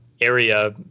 area